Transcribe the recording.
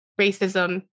racism